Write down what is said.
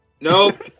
nope